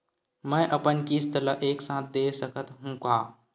मै अपन किस्त ल एक साथ दे सकत हु का?